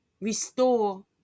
restore